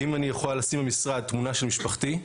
האם אני אוכל לשים במשרד תמונה של משפחתי?